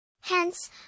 Hence